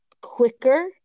quicker